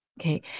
Okay